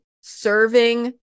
serving